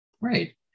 Right